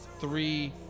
three